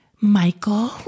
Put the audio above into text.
Michael